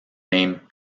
named